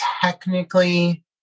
technically